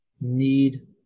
need